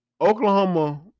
Oklahoma